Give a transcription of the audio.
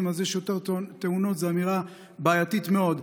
אז יש יותר תאונות" זו אמירה בעייתית מאוד.